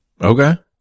Okay